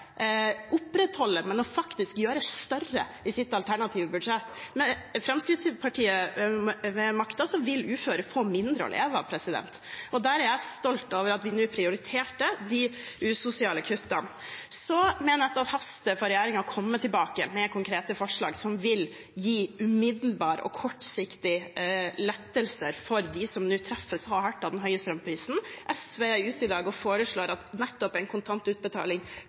opprettholde, men faktisk gjøre større i sitt alternative budsjett. Med Fremskrittspartiet ved makten vil uføre få mindre å leve av. Der er jeg stolt over at vi nå prioriterte de usosiale kuttene. Så mener jeg at det haster for regjeringen å komme tilbake med konkrete forslag som vil gi umiddelbare og kortsiktige lettelser for dem som nå treffes hardt av den høye strømprisen. SV er ute i dag og foreslår at nettopp en kontantutbetaling